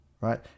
right